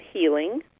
healing